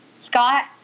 Scott